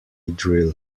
drill